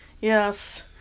Yes